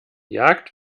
jagd